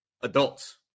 adults